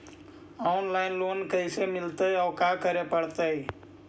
Online loan कैसे मिलतै औ का करे पड़तै?